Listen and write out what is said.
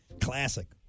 Classic